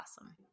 awesome